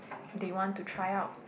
they want to try out